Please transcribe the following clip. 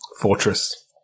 fortress